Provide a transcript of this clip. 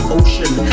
ocean